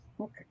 Okay